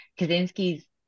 Kaczynski's